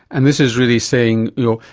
and this is really saying look,